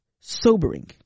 sobering